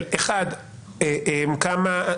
שיהיו נתונים --- זה מה שאלעזר אומר,